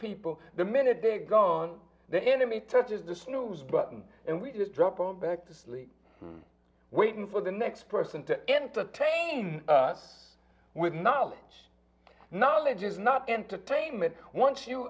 people the minute they're gone the enemy touches the snooze button and we just drop them back to sleep waiting for the next person to entertain us with knowledge knowledge is not entertainment once you